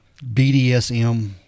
BDSM